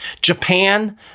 Japan